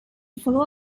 follow